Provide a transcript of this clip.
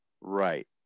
Right